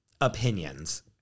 opinions